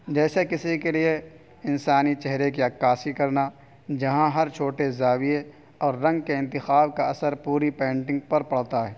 جیسے کسی کے لیے انسانی چہرہ کی عکاسی کرنا جہاں ہر چھوٹے زاویے اور رنگ کے انتخاب کا اثر پوری پینٹنگ پر پڑتا ہے